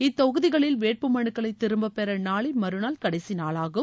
இத்தொகுதிகளில் வேட்புமனுக்களை திரும்பப்பெற நாளை மறுநாள் கடைசி நாளாகும்